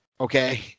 okay